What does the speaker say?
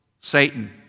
Satan